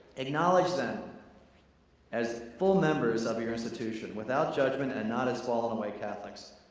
acknowledge them as full members of your institution without judgment and not as fallen away catholics.